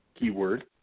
keyword